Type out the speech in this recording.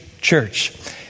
church